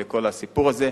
וכל הסיפור הזה.